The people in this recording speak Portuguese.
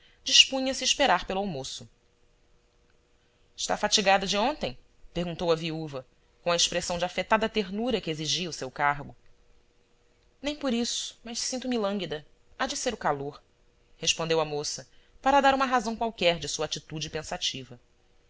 dispunha-se esperar pelo almoço está fatigada de ontem perguntou a viúva com a expressão de afetada ternura que exigia o seu cargo nem por isso mas sinto-me lânguida há de ser o calor respondeu a moça para dar uma razão qualquer de sua atitude pensativa